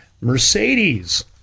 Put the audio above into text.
Mercedes